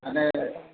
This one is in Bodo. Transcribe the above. माने